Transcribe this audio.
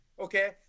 okay